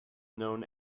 known